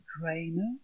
drainer